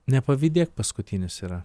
nepavydėk paskutinis yra